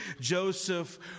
Joseph